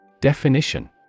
Definition